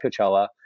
Coachella